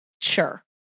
Sure